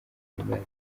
zihimbaza